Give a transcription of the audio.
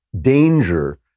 danger